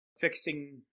fixing